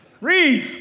Read